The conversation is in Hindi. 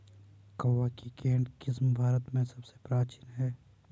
कहवा की केंट किस्म भारत में सबसे प्राचीन है